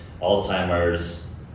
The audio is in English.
Alzheimer's